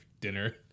Dinner